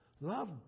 Love